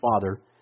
Father